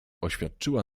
oświadczyła